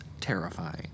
terrifying